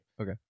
Okay